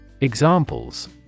Examples